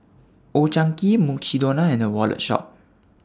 Old Chang Kee Mukshidonna and The Wallet Shop